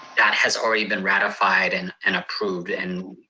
that has already been ratified and and approved. and